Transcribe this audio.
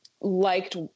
liked